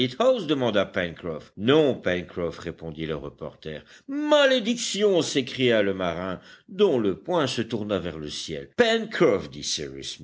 granite house demanda pencroff non pencroff répondit le reporter malédiction s'écria le marin dont le poing se tourna vers le ciel